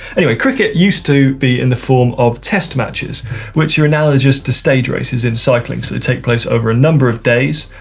anyway, cricket used to be in the form of test matches which analogous to stage races in cycling. so they take place over a number of days.